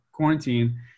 quarantine